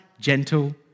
Gentle